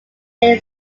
there